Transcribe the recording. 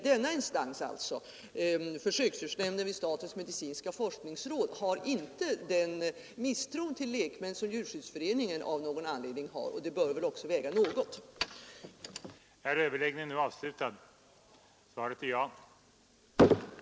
Denna instans, försöksdjursnämnden vid statens medicinska forskningsråd, har alltså inte den misstro till lekmän som Djurskyddsföre ningen av någon anledning har, och det bör väl också väga något. Överläggningen var härmed slutad.